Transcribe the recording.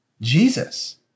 Jesus